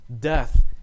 Death